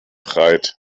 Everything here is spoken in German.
breit